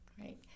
right